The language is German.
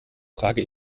trage